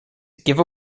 give